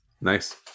Nice